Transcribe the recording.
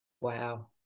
wow